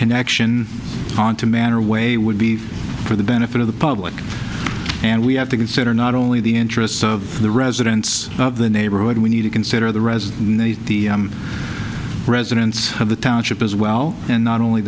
connection on to man or way would be for the benefit of the public and we have to consider not only the interests of the residents of the neighborhood we need to consider the resin the the residents of the township as well and not only